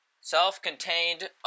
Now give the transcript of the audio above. Self-contained